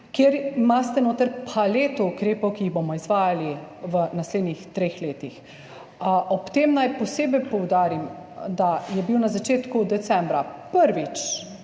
kjer imate paleto ukrepov, ki jih bomo izvajali v naslednjih treh letih. Ob tem naj posebej poudarim, da je bil na začetku decembra prvič,